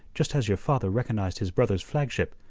just as your father recognized his brother's flagship,